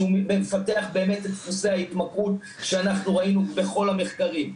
מפתח את דפוסי ההתמכרות שראינו בכל המחקרים.